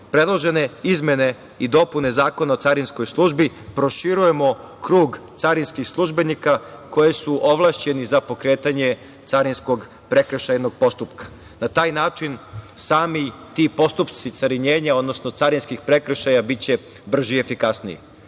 predložene izmene i dopune Zakona o carinskoj službi proširujemo krug carinskih službenika koji su ovlašćeni za pokretanje carinskog prekršajnog postupka. Na taj način ti sami postupci carinjenja, odnosno carinskih prekršaja biće brži i efikasniji. Toliko